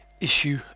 Issue